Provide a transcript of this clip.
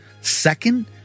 Second